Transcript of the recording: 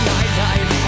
Nightlife